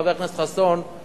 חבר הכנסת חסון,